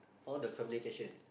all the communication